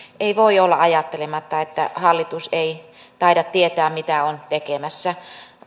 ei voi olla ajattelematta että hallitus ei taida tietää mitä on tekemässä